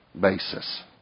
basis